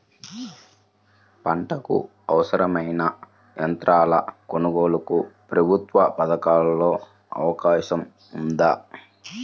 పంటకు అవసరమైన యంత్రాల కొనగోలుకు ప్రభుత్వ పథకాలలో అవకాశం ఉందా?